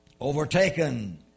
Overtaken